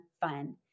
fun